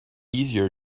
easier